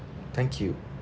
thank you